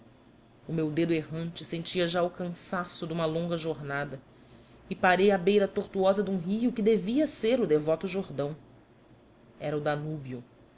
o meu dedo errante sentia já o cansaço de uma longa jornada e parei à beira tortuosa de um rio que devia ser o devoto jordão era o danúbio